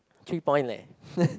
three point leh